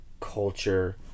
Culture